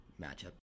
matchup